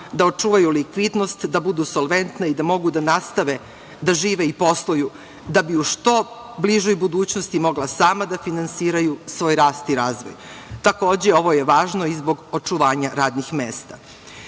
da očuvaju likvidnost, da budu solventne i da mogu da nastave da žive i posluju, da bi u što bližoj budućnosti mogla sama da finansiraju svoj rast i razvoj. Takođe ovo je važno i zbog očuvanja radnih mesta. Ovde